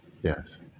Yes